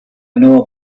know